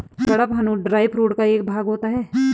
कड़पहनुत dry food का एक भाग होता है